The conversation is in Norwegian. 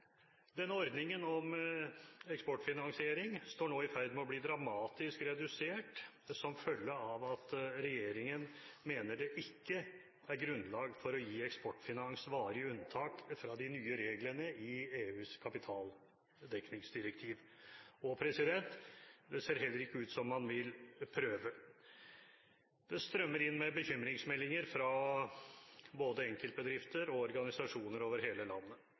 Denne ordningen med eksportfinansiering er nå i ferd med å bli dramatisk redusert som følge av at regjeringen mener det ikke er grunnlag for å gi Eksportfinans varige unntak fra de nye reglene i EUs kapitaldekningsdirektiv. Det ser heller ikke ut som man vil prøve. Det strømmer inn med bekymringsmeldinger fra både enkeltbedrifter og organisasjoner over hele landet.